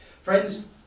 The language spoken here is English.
Friends